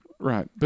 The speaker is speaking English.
Right